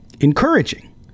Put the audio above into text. Encouraging